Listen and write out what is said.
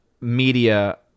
media